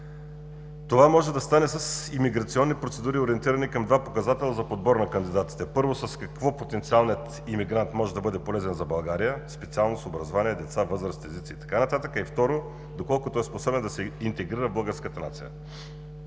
Това може да стане с емиграционни процедури, ориентирани към два показателя за подбор на кандидатите. Първо, с какво потенциалният емигрант може да бъде полезен за България – специалност, образование, деца, възраст, езици и така нататък, а и второ, доколко той е способен да се интегрира в българската нация.